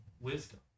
wisdom